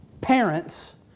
parents